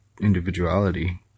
individuality